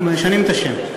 אנחנו משנים את השם.